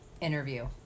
interview